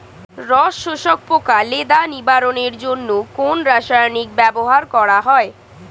রস শোষক পোকা লেদা নিবারণের জন্য কোন রাসায়নিক ব্যবহার করা হয়?